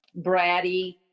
bratty